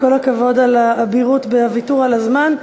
כל הכבוד על האבירות בוויתור על הזמן.